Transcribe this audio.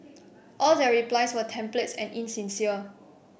all their replies were templates and insincere